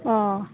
অঁ